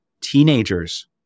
Teenagers